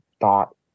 thought